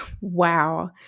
wow